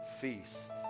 feast